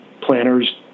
planners